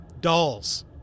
Dolls